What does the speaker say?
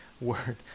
word